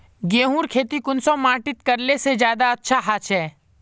गेहूँर खेती कुंसम माटित करले से ज्यादा अच्छा हाचे?